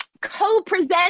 co-present